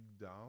down